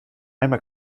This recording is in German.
einmal